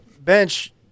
bench